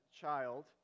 child